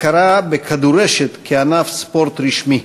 הכרה בכדורשת כענף ספורט רשמי.